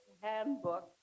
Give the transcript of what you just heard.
handbook